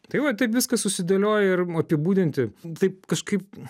tai va taip viskas susidėlioja ir apibūdinti taip kažkaip